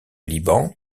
liban